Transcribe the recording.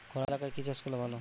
খরা এলাকায় কি চাষ করলে ভালো?